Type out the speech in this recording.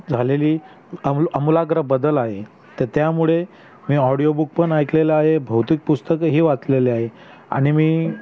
झालेली अमु आमुलाग्र बदल आहे तर त्यामुळे मी ऑडिओ बुक पण ऐकलेलं आहे भौतिक पुस्तकही वाचलेले आहे आणि मी